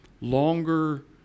longer